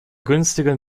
günstigen